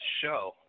show